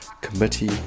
committee